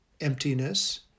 emptiness